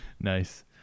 Nice